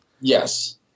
Yes